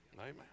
Amen